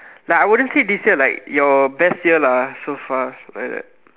like I wouldn't say this year like your best year lah so far like that